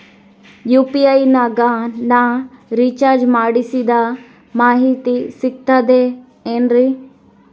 UPI ನಾಗ ನಾ recharge ಮಾಡಿಸಿದ ಮಾಹಿತಿ ಸಿಕ್ತದೆ ಏನ್ರಿ?